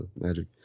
magic